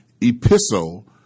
epistle